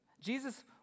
Jesus